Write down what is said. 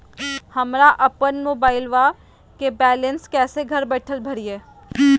हमरा अपन मोबाइलबा के बैलेंस कैसे घर बैठल भरिए?